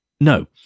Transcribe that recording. No